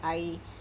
I